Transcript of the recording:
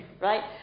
Right